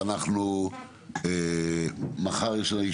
אז אנחנו, מחר יש לנו